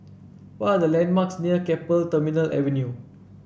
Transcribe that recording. what are the landmarks near Keppel Terminal Avenue